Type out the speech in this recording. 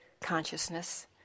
consciousness